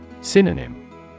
Synonym